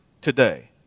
today